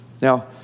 Now